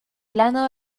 plano